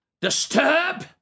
disturb